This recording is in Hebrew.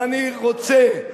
ואני רוצה,